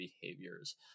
behaviors